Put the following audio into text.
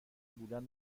بودن